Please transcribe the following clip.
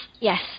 Yes